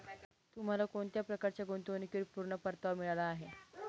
तुम्हाला कोणत्या प्रकारच्या गुंतवणुकीवर पूर्ण परतावा मिळाला आहे